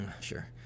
Sure